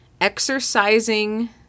exercising